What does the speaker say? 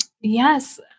Yes